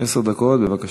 עשר דקות, בבקשה.